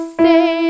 say